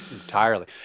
entirely